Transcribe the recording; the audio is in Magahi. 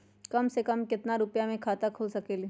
कम से कम केतना रुपया में खाता खुल सकेली?